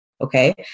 okay